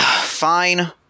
fine